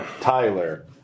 Tyler